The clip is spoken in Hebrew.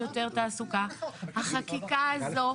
החקיקה הזאת,